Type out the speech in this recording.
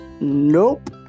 nope